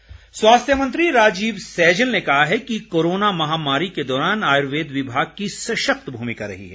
सैजल स्वास्थ्य मंत्री राजीव सैजल ने कहा है कि कोरोना महामारी के दौरान आयुर्वेद विभाग की सशक्त भूमिका रही है